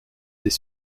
des